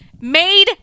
made